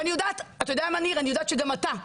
ואני יודעת שגם אתה ניר,